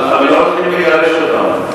אבל לא הולכים לגרש אותם.